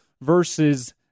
versus